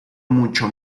mucho